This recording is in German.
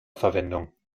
verwendung